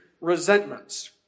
resentments